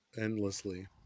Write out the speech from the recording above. endlessly